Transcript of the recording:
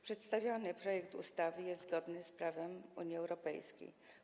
Przedstawiony projekt ustawy jest zgodny z prawem Unii Europejskiej.